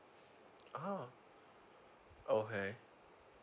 oh okay